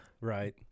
Right